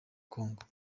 congo